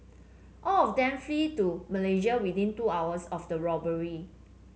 all of them flee to Malaysia within two hours of the robbery